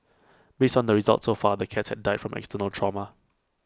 based on the results so far the cats had died from external trauma